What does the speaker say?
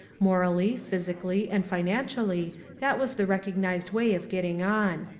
morally, physically and financially that was the recognised way of getting on.